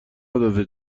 نداده